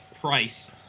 price